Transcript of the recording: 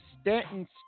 Stanton